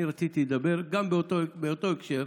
אני רציתי לדבר באותו הקשר.